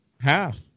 half